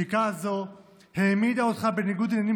זיקה זו העמידה אותך בניגוד עניינים